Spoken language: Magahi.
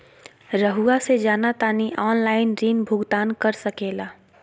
रहुआ से जाना तानी ऑनलाइन ऋण भुगतान कर सके ला?